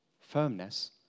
firmness